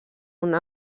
una